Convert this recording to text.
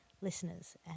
listeners